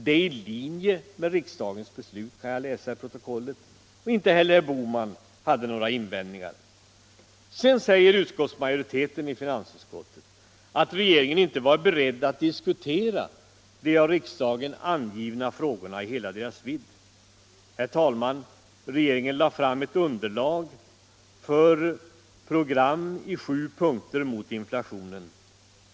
”Det är i linje med riksdagens beslut”, kan jag läsa i protokollet. Inte heller herr Bohman hade några invändningar. Sedan säger majoriteten i finansutskottet att regeringen inte var beredd att diskutera de av riksdagen angivna frågorna i hela deras vidd. Men regeringen lade fram ett underlag för program mot inflationen i sju punkter.